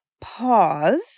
pause